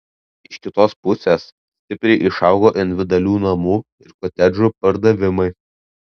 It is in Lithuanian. iš kitos pusės stipriai išaugo individualių namų ir kotedžų pardavimai